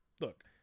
look